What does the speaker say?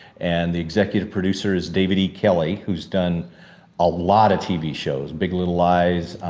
and the executive producer is david e. kelley, who's done a lot of tv shows, big little lies,